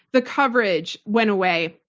the coverage went away.